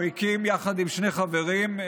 הוא הקים יחד עם שני חברים,